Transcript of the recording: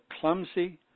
clumsy